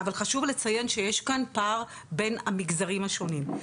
אבל חשוב לציין שיש כאן פער בין המגזרים השונים,